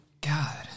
god